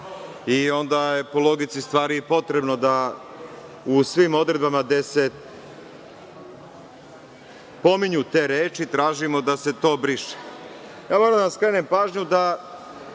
onda je po logici stvari potrebno da u svim odredbama, gde se pominju te reči, tražimo da se to briše. Moram da skrenem pažnju da